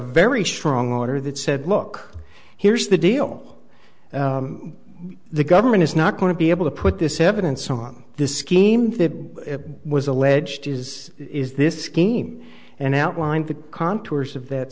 very strong order that said look here's the deal the government is not going to be able to put this evidence on this scheme was alleged is is this scheme and outlined the contours of